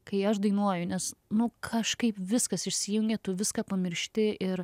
kai aš dainuoju nes nu kažkaip viskas išsijungia tu viską pamiršti ir